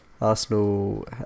Arsenal